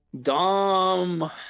Dom